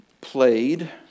played